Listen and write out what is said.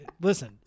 listen